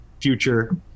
future